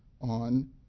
on